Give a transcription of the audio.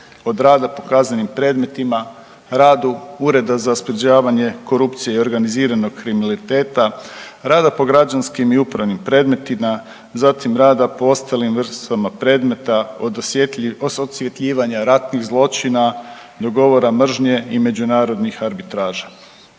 od rada po kaznenim premetima, radu USKOK-a, rada po građanskim i upravnim predmetima, zatim rada po ostalim vrstama predmeta od osvjetljivanja ratnih zločina do govora mržnje i međunarodnih arbitraža.